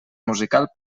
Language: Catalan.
musical